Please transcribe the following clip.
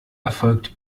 erfolgt